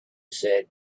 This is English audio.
said